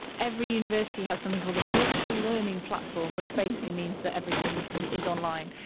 every university has something called a virtual learning platform, which basically means that everything yeah is online.